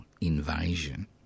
invasion